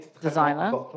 designer